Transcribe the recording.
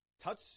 touch